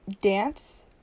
dance